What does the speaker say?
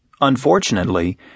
Unfortunately